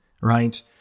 right